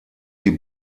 die